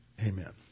Amen